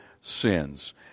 sins